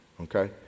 Okay